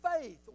faith